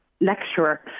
lecturer